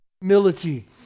humility